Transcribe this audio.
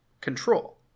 control